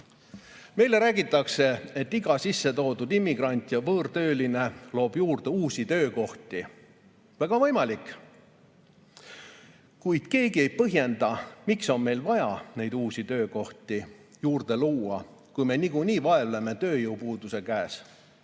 Meile räägitakse, et iga sissetoodud immigrant ja võõrtööline [tähendab] uusi töökohti. Väga võimalik. Kuid keegi ei põhjenda, miks on meil vaja neid uusi töökohti juurde luua, kui me nagunii vaevleme tööjõupuuduse käes.